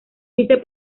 vice